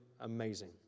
amazing